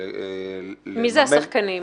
מי אלה השחקנים?